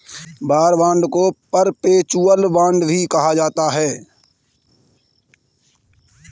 war bond को perpetual bond भी कहा जाता है